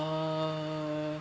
ah